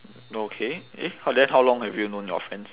okay eh how then how long have you known your friends